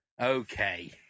Okay